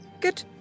Good